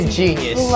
genius